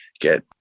get